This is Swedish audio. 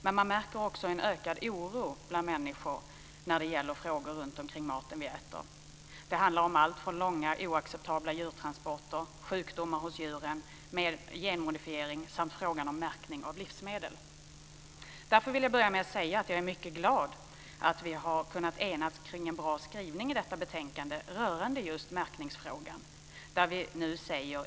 Men man märker också en ökad oro bland människor när det gäller frågor runtomkring maten vi äter. Det handlar om allt från långa, oacceptabla djurtransporter, sjukdomar hos djuren och genmodifiering till frågan om märkning av livsmedel. Därför vill jag börja med att säga att jag är mycket glad för att vi har enats kring en bra skrivning i detta betänkande rörande just märkningsfrågan.